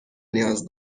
نیاز